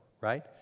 right